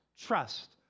trust